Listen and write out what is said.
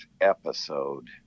episode